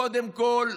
קודם כול,